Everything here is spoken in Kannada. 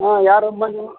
ಹ್ಞೂ ಯಾರಮ್ಮ ನೀವು